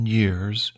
years